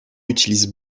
utilisent